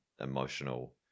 emotional